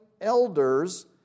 elders